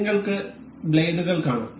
നിങ്ങൾക്ക് ബ്ലേഡുകൾ കാണാം